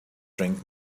drink